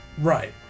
Right